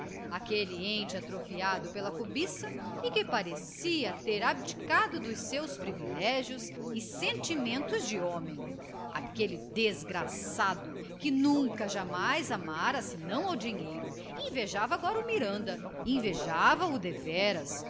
aquele ente atrofiado pela cobiça e que parecia ter abdicado dos seus privilégios e sentimentos de homem aquele desgraçado que nunca jamais amara senão o dinheiro invejava agora o miranda invejava o deveras